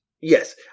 Yes